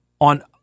on